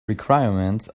requirements